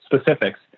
specifics